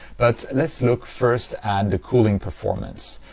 but let's look first at the cooling performance.